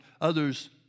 Others